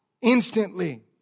instantly